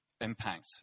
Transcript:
impact